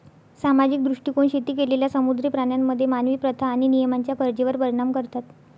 सामाजिक दृष्टीकोन शेती केलेल्या समुद्री प्राण्यांमध्ये मानवी प्रथा आणि नियमांच्या गरजेवर परिणाम करतात